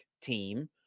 team